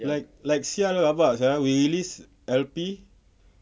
like like [sial] rabak sia we release L_P